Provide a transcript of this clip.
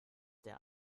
der